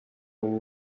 umuntu